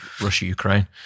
Russia-Ukraine